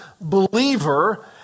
believer